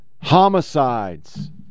homicides